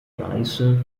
neiße